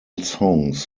songs